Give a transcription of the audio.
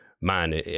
man